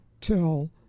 till